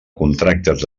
contractes